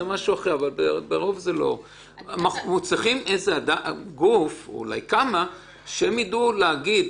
אנחנו צריכים גוף - אולי כמה - שידע להגיד